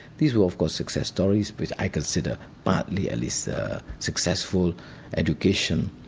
these were of course success stories because i consider partly at least successful education,